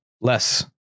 less